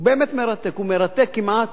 הוא באמת מרתק, הוא מרתק כמעט